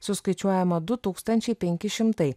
suskaičiuojama du tūkstančiai penki šimtai